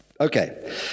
Okay